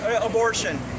abortion